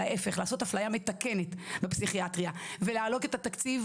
אלא ההיפך לעשות אפליה מתקנת בפסיכיאטריה ולהעלות את התקציב